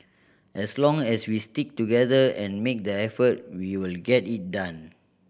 as long as we stick together and make the effort we will get it done